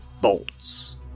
bolts